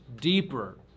deeper